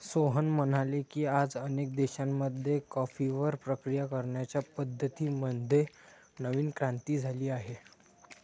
सोहन म्हणाले की, आज अनेक देशांमध्ये कॉफीवर प्रक्रिया करण्याच्या पद्धतीं मध्ये नवीन क्रांती झाली आहे